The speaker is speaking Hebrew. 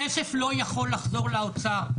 הכסף לא יכול לחזור לאוצר,